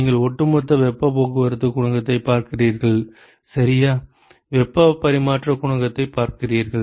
நீங்கள் ஒட்டுமொத்த வெப்பப் போக்குவரத்துக் குணகத்தைப் பார்க்கிறீர்கள் சராசரி வெப்பப் பரிமாற்றக் குணகத்தைப் பார்க்கிறீர்கள்